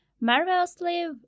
marvelously